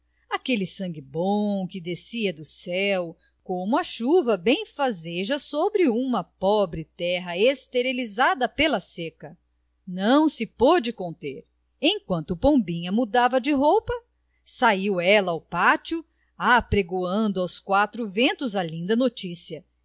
aquele sangue bom que descia do céu como a chuva benfazeja sobre uma pobre terra esterilizada pela seca não se pôde conter enquanto pombinha mudava de roupa saiu ela ao pátio apregoando aos quatro ventos a linda noticia